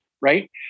right